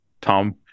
Tom